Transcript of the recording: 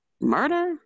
Murder